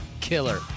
killer